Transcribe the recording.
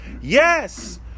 Yes